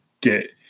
get